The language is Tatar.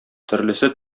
төрлесе